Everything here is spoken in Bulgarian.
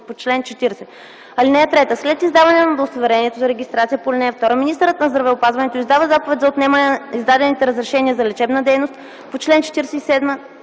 по чл. 40. (3) След издаване на удостоверението за регистрация по ал. 2 министърът на здравеопазването издава заповед за отнемане на издадените разрешения за лечебна дейност по чл. 47